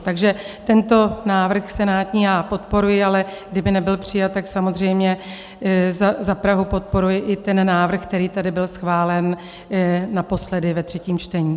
Takže tento senátní návrh já podporuji, ale kdyby nebyl přijat, tak samozřejmě za Prahu podporuji i ten návrh, který tady byl schválen naposledy ve třetím čtení.